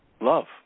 love